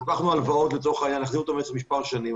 לקחנו הלוואות כדי להחזיר אותן תוך מספר שנים,